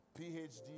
PhD